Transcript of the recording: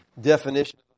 definition